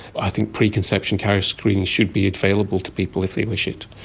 i think preconception carrier screening should be available to people if they wish it.